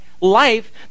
life